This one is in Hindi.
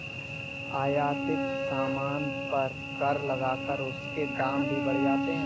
आयातित सामान पर कर लगाकर उसके दाम भी बढ़ जाते हैं